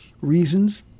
reasons